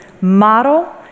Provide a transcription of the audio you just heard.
model